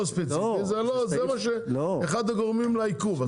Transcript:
לא ספציפי זה אחד הגורמים לעיכוב,